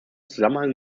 zusammenhang